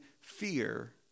fear